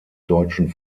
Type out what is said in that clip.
deutschen